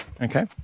okay